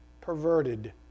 perverted